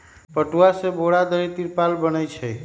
पटूआ से बोरा, दरी, तिरपाल बनै छइ